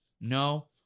No